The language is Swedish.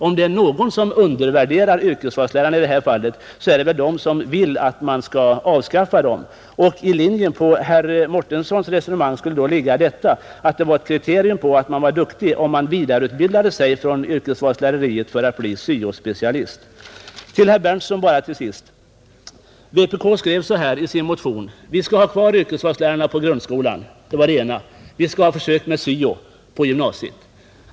Om det är någon som undervärderar yrkesvalslärarna är det den som vill att man skall avskaffa dem. I linje med herr Mårtenssons resonemang skulle då ligga att det var kriterium på att man var duktig om man vidareutbildade sig från yrkesvalslärare till att bli syo-specialist. Till herr Berndtson i Linköping vill jag till sist bara säga att vpk i sin motion yrkade att vi skall ha kvar yrkesvalslärarna i grundskolan och att vi skall ha försök med syo i gymnasiet.